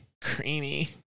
Creamy